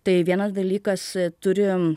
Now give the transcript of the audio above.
tai vienas dalykas turim